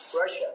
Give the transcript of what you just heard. Russia